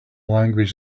language